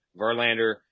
Verlander